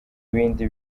bindi